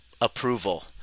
approval